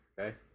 okay